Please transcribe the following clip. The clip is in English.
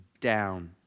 down